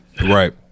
Right